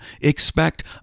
expect